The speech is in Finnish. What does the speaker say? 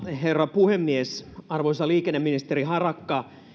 herra puhemies arvoisa liikenneministeri harakka